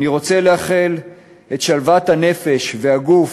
אני רוצה לאחל את שלוות הנפש והגוף